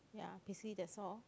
ya basically that's all